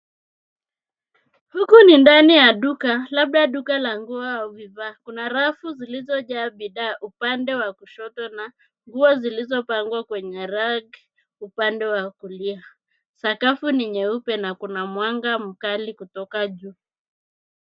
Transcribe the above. Huku ni ndani ya duka, labda duka la nguo au vifaa. Kuna rafu zilizojaa bidhaa upande wa kushoto na nguo zilizopangwa kwenye rack upande wa kulia. Sakafu ni nyeupe, na kuna mwanga mkali kutoka juu.